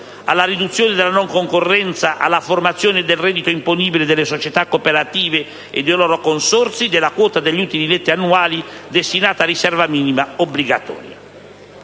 alla riduzione della non concorrenza alla formazione del reddito imponibile delle società cooperative e dei loro consorzi della quota degli utili netti annuali destinata a riserva minima obbligatoria.